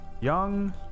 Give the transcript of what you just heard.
young